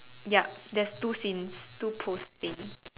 yup there's two scenes two post scenes